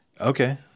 Okay